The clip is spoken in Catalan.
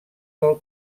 del